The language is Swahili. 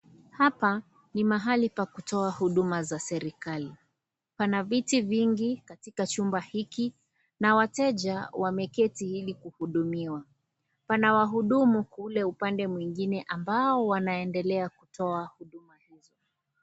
Hapa ni mahali pa kutoa huduma za serikali, pana viti vingi katika chumba hiki na wateja wameketi ili kuhudumiwa, pana wanahudumu kule upande mwingine ambao wanaendelea kutoa huduma hizo.